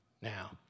now